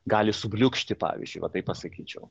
gali subliūkšti pavyzdžiui va taip pasakyčiau